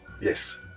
yes